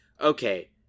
Okay